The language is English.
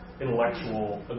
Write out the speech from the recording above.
Intellectual